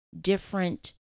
different